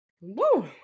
Woo